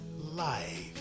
life